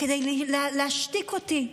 כדי להשתיק אותי,